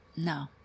No